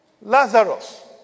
Lazarus